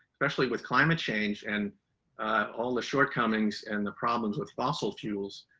especially with climate change and all the shortcomings and the problems with fossil fuels,